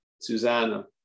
Susanna